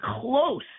close